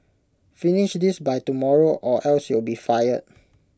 finish this by tomorrow or else you'll be fired